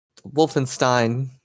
Wolfenstein